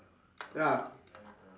ya